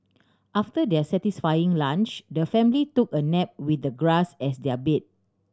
after their satisfying lunch the family took a nap with the grass as their bed